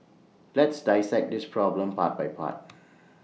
let's dissect this problem part by part